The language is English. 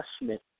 investment